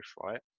right